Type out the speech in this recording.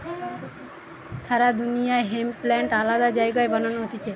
সারা দুনিয়া জুড়ে hemp plant আলাদা জায়গায় বানানো হতিছে